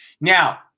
Now